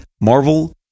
Marvel